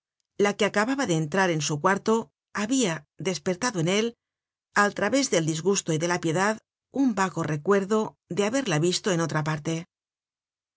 la que acababa de entrar en su cuarto habia despertado en él al través del disgusto y de la piedad un vago recuerdo de haberla visto en otra parte